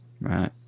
Right